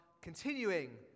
continuing